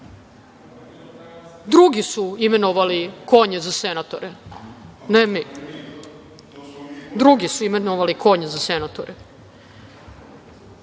drugi su imenovali konje za senatore, ne mi. Drugi su imenovali konje za senatore. Konačno,